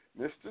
Mr